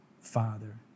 Father